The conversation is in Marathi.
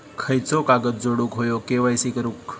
खयचो कागद जोडुक होयो के.वाय.सी करूक?